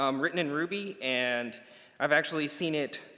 um written in ruby and i've actually seen it,